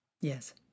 Yes